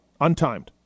untimed